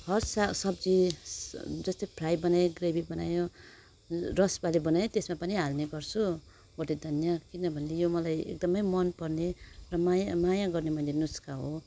हर सा सब्जी जस्तै फ्राई बनायो ग्रेभी बनाायो रसवाले बनायो त्यसमा पनि हाल्ने गर्छु भोटे धनिया किनभने यो मलाई एकदमै मनपर्ने र माया माया गर्ने मैले नुस्का हो